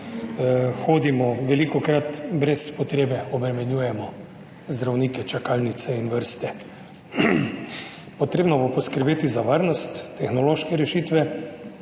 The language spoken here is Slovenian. hodimo, velikokrat brez potrebe, obremenjujemo zdravnike, čakalnice in vrste. Potrebno bo poskrbeti za varnost, tehnološke rešitve,